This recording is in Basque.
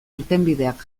irtenbideak